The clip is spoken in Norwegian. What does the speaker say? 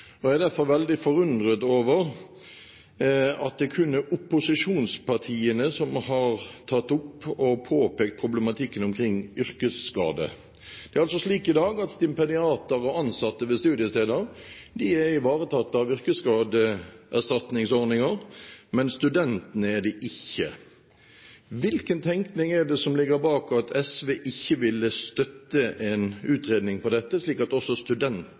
situasjoner. Jeg er derfor veldig forundret over at det kun er opposisjonspartiene som har tatt opp og påpekt problematikken omkring yrkesskade. Det er altså slik i dag at stipendiater og ansatte ved studiesteder er ivaretatt av yrkesskadeerstatningsordninger, men studentene er det ikke. Hvilken tenkning er det som ligger bak at SV ikke ville støtte en utredning på dette, slik at også